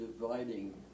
dividing